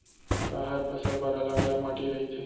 का हर फसल बर अलग अलग माटी रहिथे?